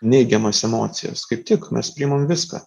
neigiamas emocijas kaip tik mes priimam viską